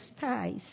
ties